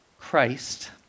Christ